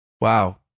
Wow